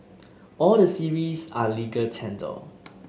all the series are legal tender